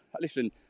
listen